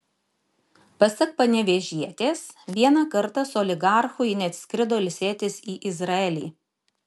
pasak panevėžietės vieną kartą su oligarchu ji net skrido ilsėtis į izraelį